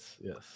Yes